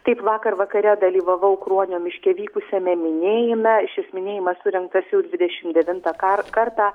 taip vakar vakare dalyvavau kruonio miške vykusiame minėjime šis minėjimas surengtas jau dvidešimt devintą kar kartą